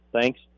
Thanks